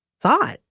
thought